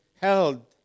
held